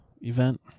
event